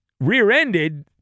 rear-ended